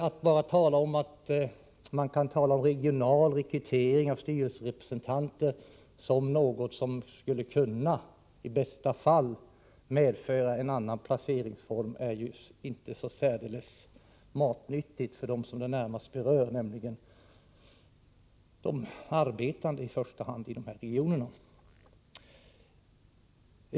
Att bara tala om att regional rekrytering av styrelserepresentanter skulle vara något som i bästa fall kunde medföra en annan placeringsform är inte så särdeles matnyttigt för dem som det närmast berör, nämligen i första hand de arbetande i de här regionerna.